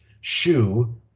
shoe